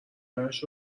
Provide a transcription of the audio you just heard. درش